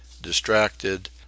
distracted